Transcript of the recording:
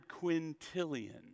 quintillion